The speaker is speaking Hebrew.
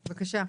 בבקשה.